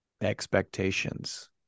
expectations